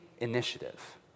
Initiative